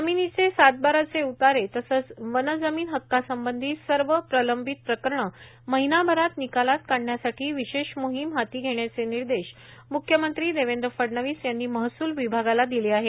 जमिनीचे सात बाराचे उतारे तसंच वन जमीन हक्कांसंबंधी सर्व प्रलंबित प्रकरणं महिनाभरात निकालात काढण्यासाठी विशेष मोहिम हाती घेण्याचे निर्देष मुख्यमंत्री देवेंद्र फडणवीस यांनी महसूल विभागाला दिले आहेत